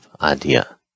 idea